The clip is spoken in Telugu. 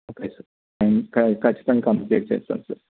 ఓకే సార్ ఖచ్చితంగా కంప్లీట్ చేస్తాము సార్